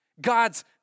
God's